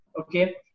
okay